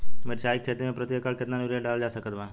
मिरचाई के खेती मे प्रति एकड़ केतना यूरिया डालल जा सकत बा?